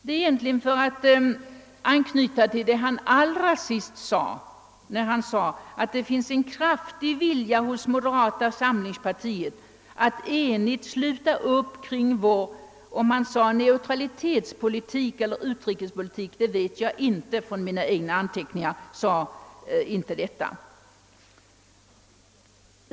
Jag vill emellertid anknyta till ett annat av herr Holmbergs yttranden i dag, nämligen att »det finns en kraftig vilja hos moderata samlingspartiet att enigt sluta upp kring vårt lands neutralitetspolitik» eller utrikespolitik — av mina anteckningar framgår inte klart vilket av dessa uttryck han använde.